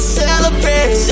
celebrate